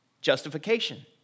justification